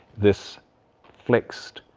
this flexed,